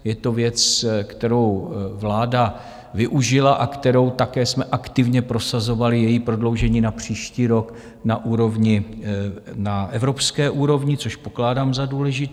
Je to věc, kterou vláda využila a kterou také jsme aktivně prosazovali, její prodloužení na příští rok na úrovni, na evropské úrovni, což pokládám za důležité.